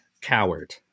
coward